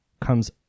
comes